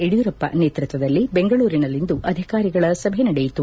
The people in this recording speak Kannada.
ಯಡಿಯೂರಪ್ಪ ನೇತೃತ್ವದಲ್ಲಿ ಬೆಂಗಳೂರಿನಲ್ಲಿಂದು ಅಧಿಕಾರಿಗಳ ಸಭೆ ನಡೆಯಿತು